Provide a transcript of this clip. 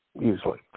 usually